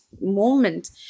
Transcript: moment